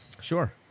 Sure